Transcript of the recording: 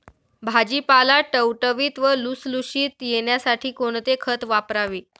भाजीपाला टवटवीत व लुसलुशीत येण्यासाठी कोणते खत वापरावे?